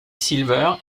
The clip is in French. silver